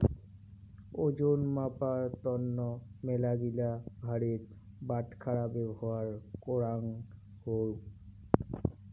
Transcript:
ওজন মাপার তন্ন মেলাগিলা ভারের বাটখারা ব্যবহার করাঙ হউক